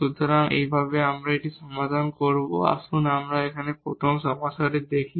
সুতরাং এই ভাবে আমরা এটি সমাধান করব আসুন আমরা এখানে প্রথম সমস্যাটি দেখি